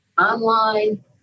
online